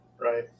right